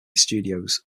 studios